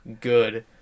good